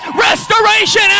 restoration